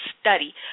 study